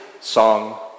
song